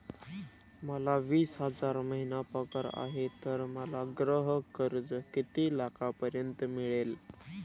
मला वीस हजार महिना पगार आहे तर मला गृह कर्ज किती लाखांपर्यंत मिळेल?